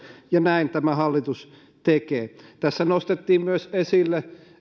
ja näin tämä hallitus tekee tässä nostettiin esille